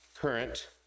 current